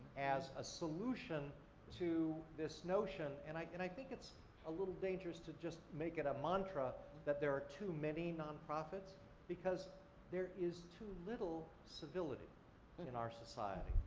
as a solution to this notion. and i and i think it's a little dangerous to just make it a mantra that there are too many non-profits because there is too little civility in our society,